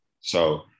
So-